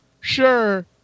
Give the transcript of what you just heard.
sure